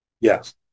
Yes